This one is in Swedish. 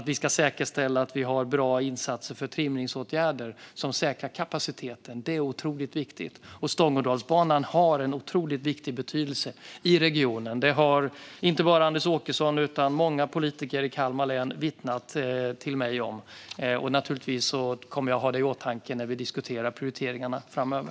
Vi ska säkerställa att vi har bra insatser för trimningsåtgärder som säkrar kapaciteten. Det är otroligt viktigt. Och Stångådalsbanan har en otroligt stor betydelse i regionen. Det har inte bara Anders Åkesson utan även många andra politiker i Kalmar län vittnat till mig om. Naturligtvis kommer jag att ha det i åtanke när vi diskuterar prioriteringarna framöver.